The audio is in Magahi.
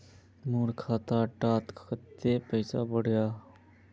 मोर खाता डात कत्ते पैसा बढ़ियाहा?